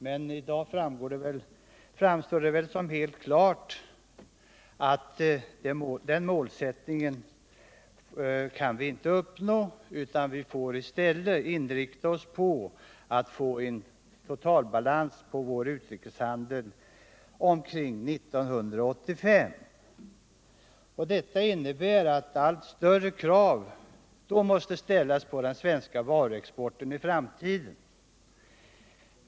Men i dag framstår det som alldeles klart att vi inte kan nå det målet, utan vi får i stället inrikta oss på att nå en total balans i vår utrikeshandel omkring 1985. Det innebär att allt större krav måste ställas på den svenska varuexporten i framtiden.